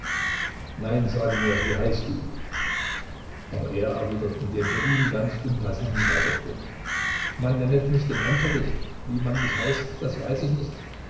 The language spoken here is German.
nein sage mir wie heißt du aber er erwidert mit dem für ihn ganz unpassenden weiberspruch man nennet mich den enterich wie man mich heißt das weiß ich nicht